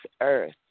earth